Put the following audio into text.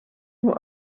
nur